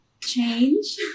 Change